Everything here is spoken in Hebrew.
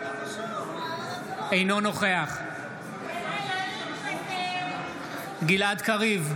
אינו נוכח גלעד קריב,